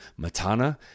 Matana